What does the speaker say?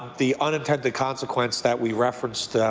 the unintended consequence that we referenced